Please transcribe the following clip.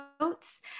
notes